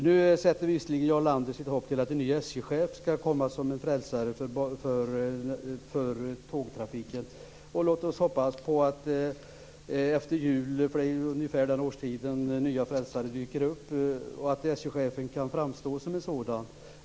Nu sätter Jarl Lander visserligen sitt hopp till att en ny SJ-chef skall komma som en frälsare för tågtrafiken. Låt oss då hoppas att SJ-chefen efter jul - den årstid då nya frälsare brukar dyka upp - kan framstå som en sådan.